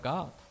God